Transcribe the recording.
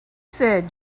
said